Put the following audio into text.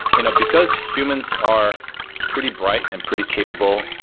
you know because humans are pretty bright and pretty capable,